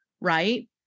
right